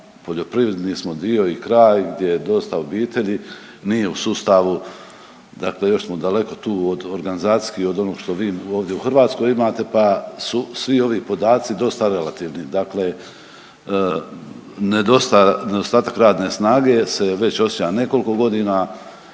poljoprivredni smo dio i kraj gdje je dosta obitelji, mi u sustavu dakle još smo daleko tu od organizacijski od onog što vi ovdje u Hrvatskoj imate pa su svi ovi podaci dosta relativni. Dakle, nedostatak radne snage se već osjeća nekoliko godina